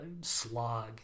slog